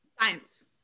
Science